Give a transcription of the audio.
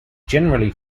generally